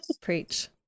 preach